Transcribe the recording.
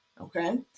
Okay